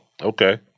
Okay